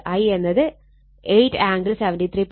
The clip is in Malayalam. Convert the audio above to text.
I എന്നത് 8 ആംഗിൾ 73